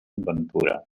ventura